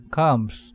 comes